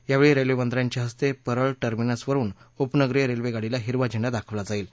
यावेळी रेल्वेमंत्र्यांच्या हस्ते परळ टर्मिनस वरुन उपनगरीय रेल्वे गाडीला हिरवा झेंडा दाखवला जाईल